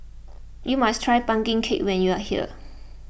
you must try Pumpkin Cake when you are here